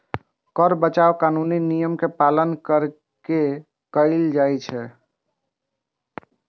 कर बचाव कानूनी नियम के पालन कैर के कैल जाइ छै